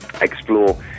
explore